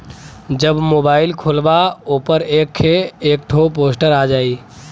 जब मोबाइल खोल्बा ओपर एक एक ठो पोस्टर आ जाई